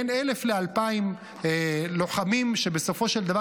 בין 1,000 ל-2,000 לוחמים שבסופו של דבר